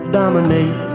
dominate